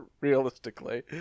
realistically